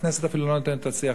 הכנסת אפילו לא נותנת את השיח,